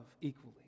equally